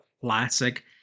classic